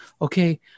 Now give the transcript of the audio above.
okay